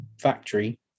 factory